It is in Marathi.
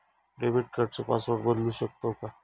डेबिट कार्डचो पासवर्ड बदलु शकतव काय?